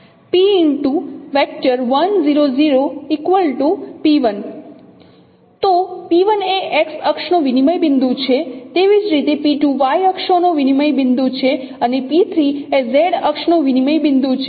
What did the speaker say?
તો p1 એ X અક્ષનો વિનિમય બિંદુ છે તેવી જ રીતે p2 Y અક્ષનોનો વિનિમય બિંદુ છે અને p3 એ Z અક્ષનો વિનિમય બિંદુ છે